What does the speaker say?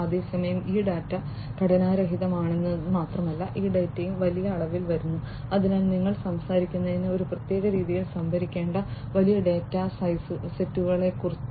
അതേസമയം ഈ ഡാറ്റ ഘടനാരഹിതമാണെന്ന് മാത്രമല്ല ഈ ഡാറ്റയും വലിയ അളവിൽ വരുന്നു അതിനാൽ നിങ്ങൾ സംസാരിക്കുന്നത് ഒരു പ്രത്യേക രീതിയിൽ സംഭരിക്കേണ്ട വലിയ ഡാറ്റാസെറ്റുകളെക്കുറിച്ചാണ്